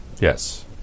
Yes